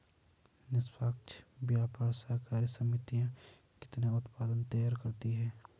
निष्पक्ष व्यापार सहकारी समितियां कितने उत्पाद तैयार करती हैं?